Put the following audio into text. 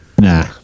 Nah